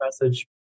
message